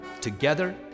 Together